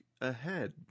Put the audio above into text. ahead